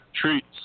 treats